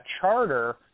charter